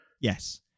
Yes